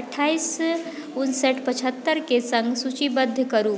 अठाइस उनसैठ पछहत्तरि के सङ्ग सूचीबद्ध करू